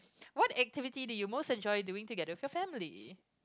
what activity do you most enjoy doing together with your family